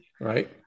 Right